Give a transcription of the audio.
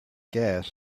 gas